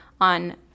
on